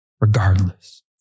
regardless